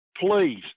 please